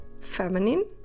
feminine